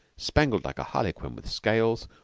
spangled like a harlequin with scales,